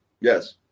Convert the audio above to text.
Yes